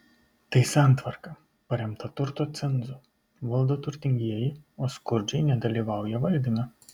tai santvarka paremta turto cenzu valdo turtingieji o skurdžiai nedalyvauja valdyme